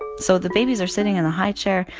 so the babies are sitting in a highchair.